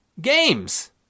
games